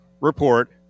report